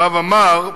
הרב עמאר,